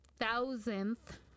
thousandth